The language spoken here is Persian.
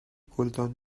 گلدان